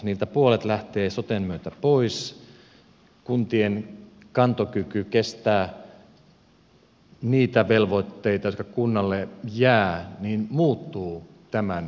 niiltä puolet lähtee soten myötä pois kuntien kantokyky kestää niitä velvoitteita jotka kunnalle jäävät muuttuu tämän ratkaisun myötä